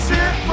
Sit